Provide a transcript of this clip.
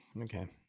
Okay